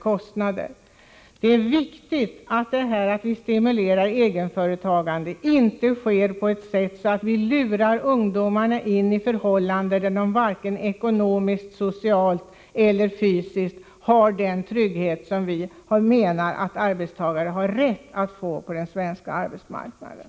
Det är viktigt att vi när vi stimulerar egenföretagande inte lurar ungdomarna in i förhållanden där de varken ekonomiskt, socialt eller fysiskt får den trygghet som vi tycker att arbetstagarna har rätt till på den svenska arbetsmarknaden.